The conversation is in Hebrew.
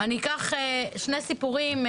אני אקח שני סיפורים.